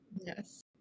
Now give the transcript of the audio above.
Yes